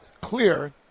clear